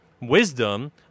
wisdom